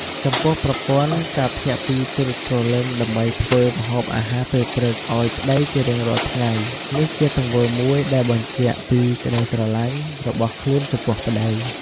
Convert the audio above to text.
ចំពោះប្រពន្ធការភ្ញាក់ពីព្រឹកព្រលឹមដើម្បីធ្វើ ម្ហូបអាហារពេលព្រឹកឲ្យប្តីជារៀងរាល់ថ្ងៃនេះជាទង្វើមួយដែលបញ្ជាក់ពីក្តីស្រលាញ់របស់ខ្លួនចំពោះប្តី។